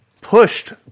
pushed